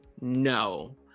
No